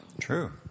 True